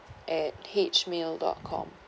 at H mail dot com